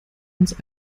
uns